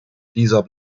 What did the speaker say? dieser